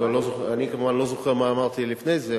אני כבר לא זוכר מה אמרתי לפני זה,